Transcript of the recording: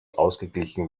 ausgeglichen